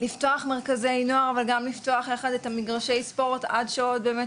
לפתוח מרכזי נוער וגם לפתוח יחד את המגרשי ספורט עד שעות באמת